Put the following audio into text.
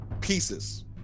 pieces